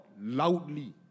loudly